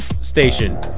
station